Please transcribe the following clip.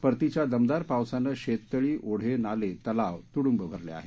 परतीच्या दमदार पावसानं शेततळी ओढे नाले तलाव तुडूंब भरले आहेत